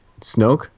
Snoke